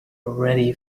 already